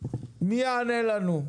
מי יענה לנו?